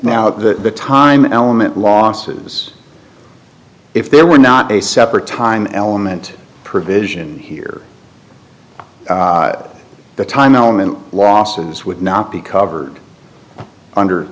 now at the time element losses if there were not a separate time element provision here the time element losses would not be covered under